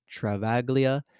Travaglia